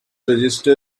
register